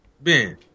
Ben